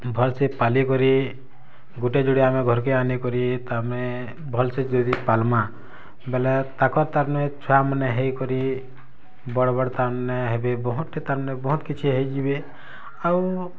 ଭଲ୍ସେ ପାଲିକରି ଗୁଟେ ଯୁଡ଼େ ଆମେ ଘର୍କେ ଆନିକରି ତାମେ ଭଲ୍ସେ ଯଦି ପାଲ୍ମାଁ ବେଲେ ତାକଁର୍ ତାର୍ମାନେ ଛୁଆମାନେ ହେଇକରି ବଡ଼୍ ବଡ଼୍ ତାର୍ମାନେ ହେବେ ବହୁତ୍ଟେ ତାର୍ମାନେ ବହୁତ୍ କିଛି ହେଇଯିବେ ଆଉ